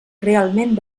realment